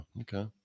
okay